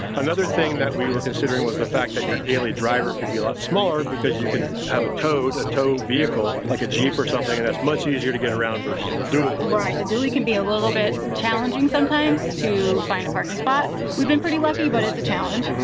another thing that we were considering was the fact that your daily driver could be a lot smaller, because you can have a towed, a tow vehicle like a jeep or something, and that's much easier to get around versus the duly. right, the duly can be a little bit challenging sometimes to find a parking spot. we've been pretty lucky, but it's a challenge.